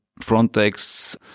Frontex